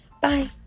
Bye